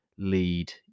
lead